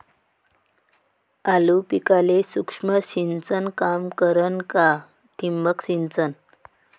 आलू पिकाले सूक्ष्म सिंचन काम करन का ठिबक सिंचन?